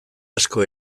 asko